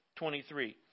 23